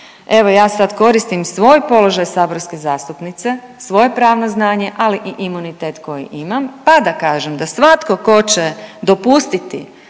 evo ja sad koristim svoj položaj saborske zastupnice, svoje pravno znanje, ali i imunitet koji imam, pa da kažem da svatko tko će dopustiti